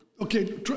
Okay